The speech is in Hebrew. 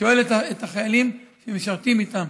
שואל את החיילים שמשרתים איתם,